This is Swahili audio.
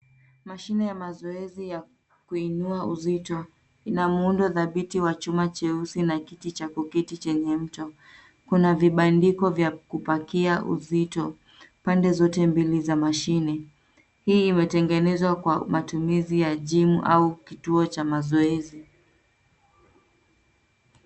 Mashine ya mazoezi ya kuinua uzito ina muundo dhabiti wa chuma cheusi na kiti cha kuketi chenye mto. Kuna vibandiko vya kupakia uzito pande zote mbili za mashine. Hii imetengenezwa kwa matumizi ya gym au kituo cha mazoezi.